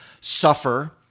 suffer